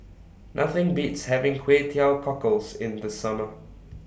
Nothing Beats having Kway Teow Cockles in The Summer